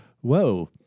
whoa